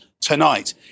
tonight